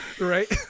right